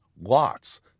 lots